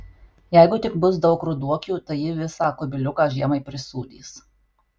jeigu tik bus daug ruduokių tai ji visą kubiliuką žiemai prisūdys